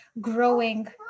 growing